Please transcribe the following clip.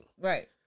Right